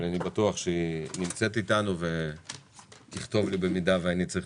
אני בטוח שהיא נמצאת איתנו ובמידה שהיא תרצה